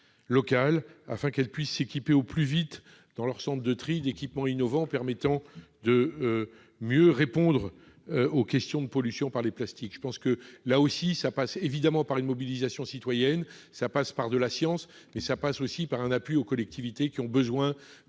locales afin qu'elles puissent s'équiper au plus vite dans leur centre de tri d'équipements innovants permettant de mieux répondre aux questions de pollution par les plastiques, je pense que là aussi ça passe évidemment par une mobilisation citoyenne, ça passe par de la science, mais ça passe aussi par un appui aux collectivités qui ont besoin de